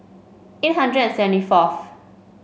eight hundred and seventy fourth